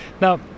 now